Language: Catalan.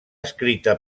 escrita